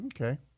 Okay